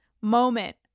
moment